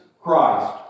Christ